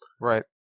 Right